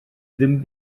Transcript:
ddim